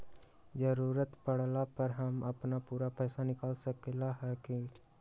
जरूरत परला पर हम अपन पूरा पैसा निकाल सकली ह का?